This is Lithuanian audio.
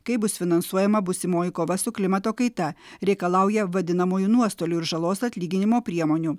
kaip bus finansuojama būsimoji kova su klimato kaita reikalauja vadinamųjų nuostolių ir žalos atlyginimo priemonių